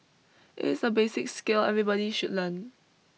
it's a basic skill everybody should learn